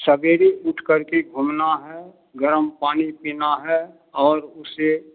सवेरे उठ कर के घूमना है गर्म पानी पीना है और उसे